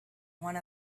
one